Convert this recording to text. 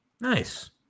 Nice